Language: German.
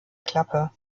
klappe